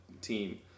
team